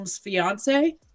fiance